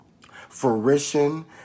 fruition